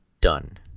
done